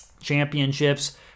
Championships